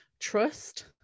trust